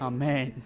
Amen